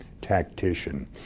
tactician